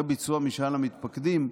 אחרי ביצוע משאל המתפקדים,